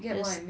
is